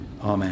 Amen